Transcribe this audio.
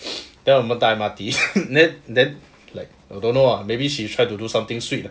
then 我们搭 M_R_T then like I don't know lah maybe she try to do something sweet lah